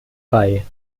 bei